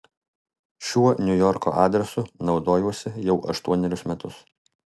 šiuo niujorko adresu naudojuosi jau aštuonerius metus